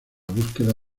búsqueda